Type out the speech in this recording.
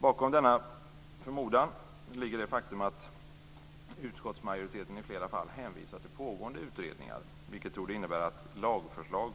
Bakom denna förmodan ligger det faktum att utskottsmajoriteten i flera fall hänvisar till pågående utredningar, vilket torde innebära antingen att lagförslag